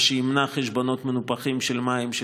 מה שימנע חשבונות מנופחים של מים של